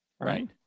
right